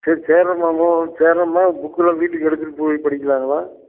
சரி சேர்கிறோம்மா சேர்கிறோம்மா புக்கெல்லாம் வீட்டுக்கு எடுத்துகிட்டு போய் படிக்கலாங்களா